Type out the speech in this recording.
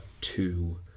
two